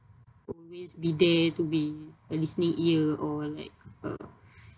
always be there to be a listening ear or like uh